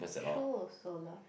true also lah